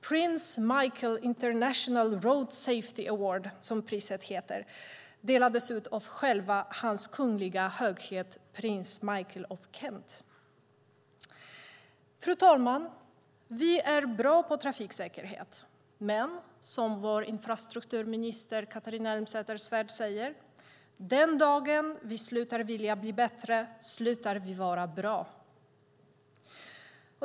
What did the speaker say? Prince Michael International Road Safety Award, som priset heter, delades ut av själva Hans Kungliga Höghet Prins Michael av Kent. Fru talman! Vi är bra på trafiksäkerhet, men som vår infrastrukturminister Catharina Elmsäter-Svärd säger: Den dagen vi slutar vilja bli bättre slutar vi vara bra.